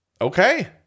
Okay